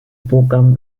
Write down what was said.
programm